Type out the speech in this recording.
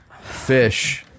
fish